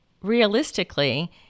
realistically